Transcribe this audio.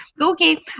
Okay